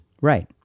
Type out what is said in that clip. Right